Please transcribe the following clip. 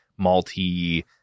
malty